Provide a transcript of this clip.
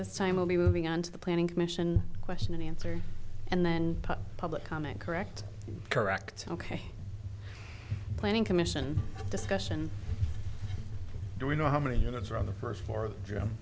the time i'll be moving on to the planning commission question and answer and then public comment correct correct ok planning commission discussion do we know how many units are on the first floor